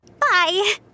Bye